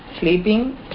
sleeping